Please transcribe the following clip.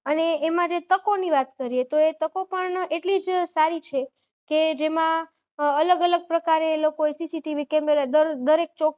અને એમાં જે તકોની વાત કરીએ તો એ તકો પણ એટલી જ સારી છે કે જેમાં અલગ અલગ પ્રકારે એ લોકોએ સીસીટીવી કેમેરા દરેક ચોક